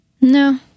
No